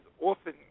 often